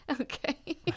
Okay